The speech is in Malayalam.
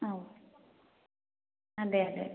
അ ഓ അതെ അതെ